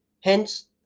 hence